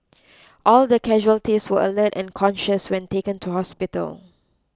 all the casualties were alert and conscious when taken to hospital